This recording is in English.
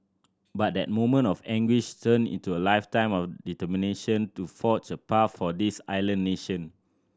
but that moment of anguish turned into a lifetime of determination to forge a path for this island nation